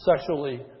sexually